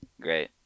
great